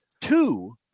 two